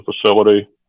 facility